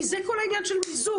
כי זה כל העניין של מיזוג.